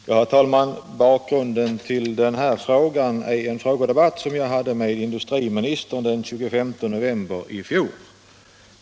Herr talman! Bakgrunden till min fråga är en debatt som jag hade med industriministern den 25 november i fjol.